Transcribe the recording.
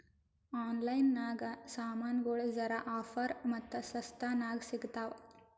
online ನಾಗ್ ಸಾಮಾನ್ಗೊಳ್ ಜರಾ ಆಫರ್ ಮತ್ತ ಸಸ್ತಾ ನಾಗ್ ಸಿಗ್ತಾವ್